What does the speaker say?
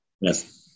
Yes